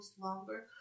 longer